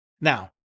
Now